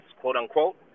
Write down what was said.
quote-unquote